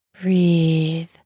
Breathe